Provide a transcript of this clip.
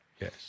Yes